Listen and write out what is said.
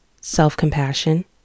self-compassion